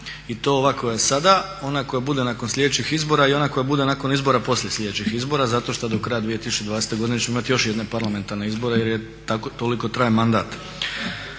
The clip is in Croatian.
i to ova koja je sada, ona koja bude nakon sljedećih izbora i ona koja bude nakon izbora poslije sljedećih izbora zato što do kraja 2020. godine ćemo imati još jedne parlamentarne izbore jer toliko traje mandat.